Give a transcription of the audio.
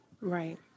Right